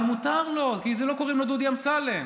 אבל מותר לו, כי לא קוראים לו דודי אמסלם.